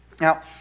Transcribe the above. Now